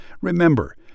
Remember